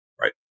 right